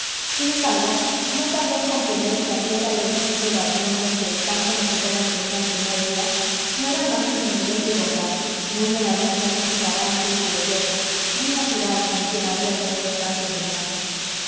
sin embargo no tardé en comprender que aquel airecillo gazmoño que tanto me chocó en angelina el primer día no era más que timidez de bondad muy en harmonía con su carácter y su belleza muy natural en quien había tenido tanto que llorar